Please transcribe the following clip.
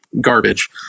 garbage